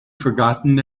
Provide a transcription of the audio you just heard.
forgotten